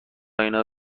اینا